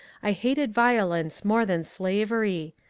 i hated violence more than slavery,